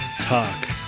talk